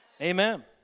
Amen